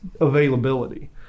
availability